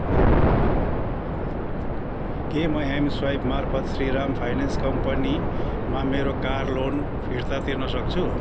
के म एम स्वाइपमार्फत् श्रीराम फाइन्यान्स कम्पनीमा मेरो कार लोन फिर्ता तिर्न सक्छु